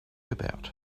about